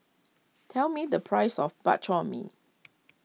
tell me the price of Bak Chor Mee